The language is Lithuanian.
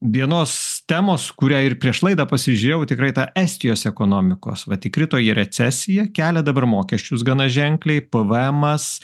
vienos temos kurią ir prieš laidą pasižiūrėjau tikrai ta estijos ekonomikos vat įkrito į recesiją kelia dabar mokesčius gana ženkliai pvemas